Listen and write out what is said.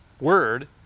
word